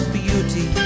beauty